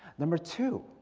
number two,